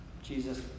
Jesus